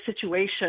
situation